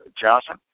Johnson